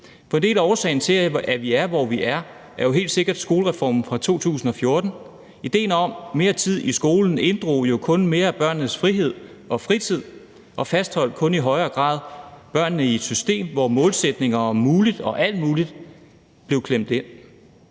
For en del af årsagen til, at vi er, hvor vi er, er jo helt sikkert skolereformen fra 2014. Idéen om mere tid i skolen inddrog jo kun mere af børnenes frihed og fritid og fastholdt i højere grad børnene i et system, hvor målsætninger om alt muligt blev klemt ind.